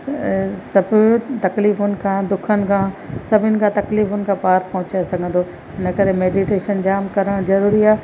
सभु तकलीफ़ुनि खां दुखनि खां सभिनि खां तकलीफ़ुनि खां पार पहुचाए सघंदो इन करे मेडीटेशन जाम करणु ज़रूरी आ्हे